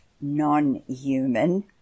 non-human